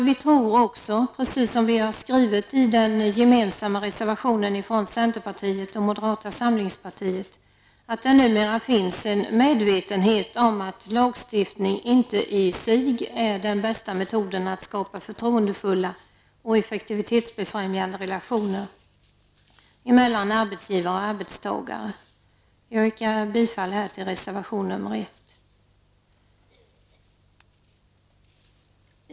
Vi tror också, precis som vi skrivit i den gemensamma reservationen från centerpartiet och moderata samlingspartiet, att det numera finns en medvetenhet om att lagstiftning inte i sig är den bästa metoden att skapa förtroendefulla och effektivitetsbefrämjande relationer mellan arbetsgivare och arbetstagare. Jag yrkar bifall till reservation nr 1.